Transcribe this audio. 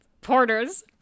Porter's